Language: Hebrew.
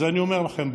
אני אומר לכם,